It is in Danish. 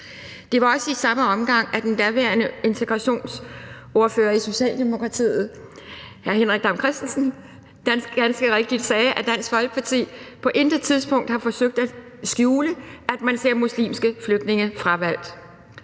Det var også i samme omgang, at den daværende integrationsordfører i Socialdemokratiet, hr. Henrik Dam Kristensen, ganske rigtigt sagde, at Dansk Folkeparti på intet tidspunkt har forsøgt at skjule, at man gerne ser muslimske flygtninge fravalgt.